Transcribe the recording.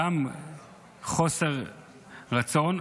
חוסר רצון,